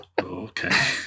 Okay